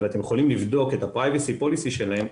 ואתם יכולים לבדוק את ה-Privacy Policy שלהם,